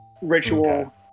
ritual